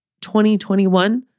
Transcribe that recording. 2021